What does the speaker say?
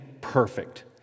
perfect